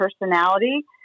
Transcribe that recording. personality